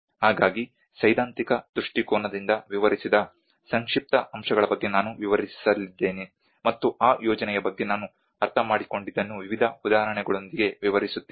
ಹಾಗಾಗಿ ಸೈದ್ಧಾಂತಿಕ ದೃಷ್ಟಿಕೋನದಿಂದ ವಿವರಿಸಿದ ಸಂಕ್ಷಿಪ್ತ ಅಂಶಗಳ ಬಗ್ಗೆ ನಾನು ವಿವರಿಸಲಿದ್ದೇನೆ ಮತ್ತು ಆ ಯೋಜನೆಯ ಬಗ್ಗೆ ನಾನು ಅರ್ಥಮಾಡಿಕೊಂಡಿದ್ದನ್ನು ವಿವಿಧ ಉದಾಹರಣೆಗಳೊಂದಿಗೆ ವಿವರಿಸುತ್ತೇನೆ